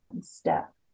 step